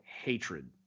hatred